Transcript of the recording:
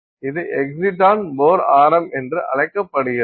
இது exciton Bohr ஆரம் என்று அழைக்கப்படுகிறது